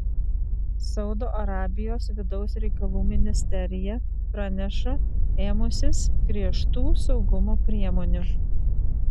saudo arabijos vidaus reikalų ministerija praneša ėmusis griežtų saugumo priemonių